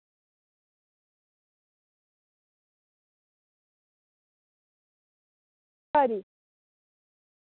खरी